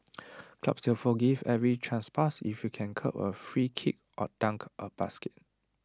clubs will forgive every trespass if you can curl A free kick or dunk A basket